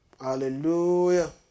Hallelujah